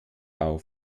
auf